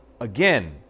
again